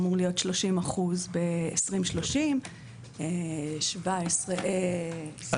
אמור להיות 30% ב-2030; 17% ב-2025